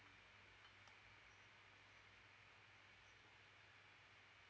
mm